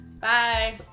Bye